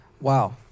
Wow